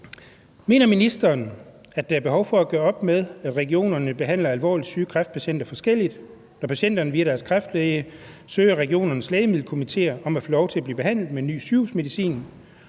Mener ministeren, at der er behov for at gøre op med, at regionerne behandler alvorligt syge kræftpatienter forskelligt, når patienterne via deres kræftlæge søger regionernes lægemiddelkomitéer om at få lov at blive behandlet med ny sygehusmedicin,